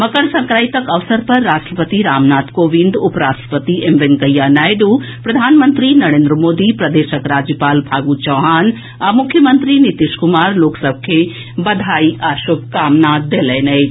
मकर संक्रांतिक अवसर पर राष्ट्रपति रामनाथ कोविंद उप राष्ट्रपति एम वेंकैया नायड्र प्रधानमंत्री नरेन्द्र मोदी प्रदेशक राज्यपाल फागु चौहान आ मुख्यमंत्री नीतीश कुमार लोक सभ के बधाई आ शुभकामना देलनि अछि